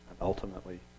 ultimately